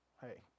hey